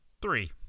Three